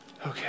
Okay